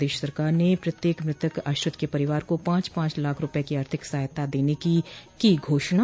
प्रदेश सरकार ने प्रत्येक मृतक आश्रित के परिवार को पॉच पॉच लाख रूपये की आर्थिक सहायता देने की की घोषणा